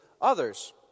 others